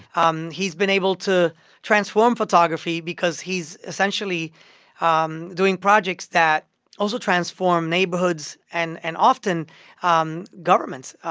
um he's been able to transform photography because he's essentially um doing projects that also transform neighborhoods and and often um governments.